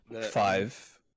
five